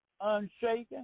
unshaken